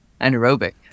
anaerobic